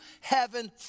heaven